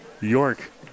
York